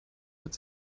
wird